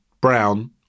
brown